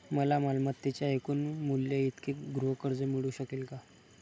मला मालमत्तेच्या एकूण मूल्याइतके गृहकर्ज मिळू शकेल का?